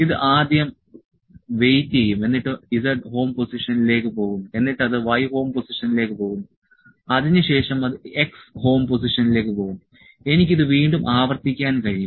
ഇത് ആദ്യം വെയിറ്റ് ചെയ്യും എന്നിട്ട് z ഹോം പൊസിഷനിലേക്ക് പോകുന്നു എന്നിട്ട് അത് y ഹോം പൊസിഷനിലേക്ക് പോകുന്നു അതിനുശേഷം അത് x ഹോം പൊസിഷനിലേക്ക് പോകുന്നു എനിക്ക് ഇത് വീണ്ടും ആവർത്തിക്കാൻ കഴിയും